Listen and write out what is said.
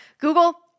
Google